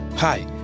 Hi